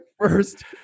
first